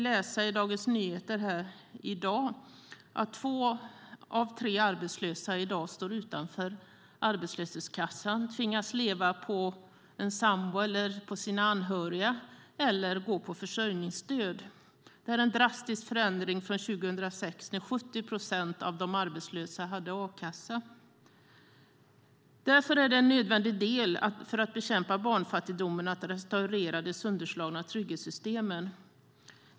I Dagens Nyheter i dag kan vi läsa att två av tre arbetslösa står utanför arbetslöshetskassan och tvingas leva på sin sambo eller sina anhöriga eller gå på försörjningsstöd. Det är en drastisk förändring från 2006 då 70 procent av de arbetslösa hade a-kassa. Därför är en nödvändig del av att bekämpa barnfattigdomen att restaurera de sönderslagna trygghetssystemen.